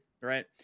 right